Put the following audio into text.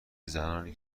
زنانی